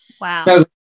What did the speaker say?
Wow